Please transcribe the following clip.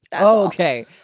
Okay